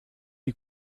est